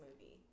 movie